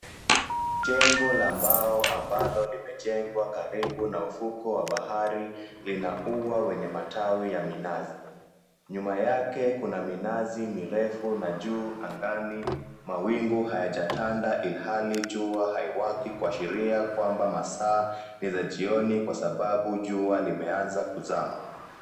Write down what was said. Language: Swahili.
Jengo la mbao ambalo limejengwa karibu na ufukwe wa bahari lina ua wenye matawi ya minazi. Nyuma yake kuna minazi mirefu na juu angani mawingu yajatanta ilihali jua haiwaki kuashiria kwamba masaa ni za jioni kwa sababu jua limeanza kuzama.